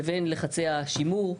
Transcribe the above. לבין לחצי השימור,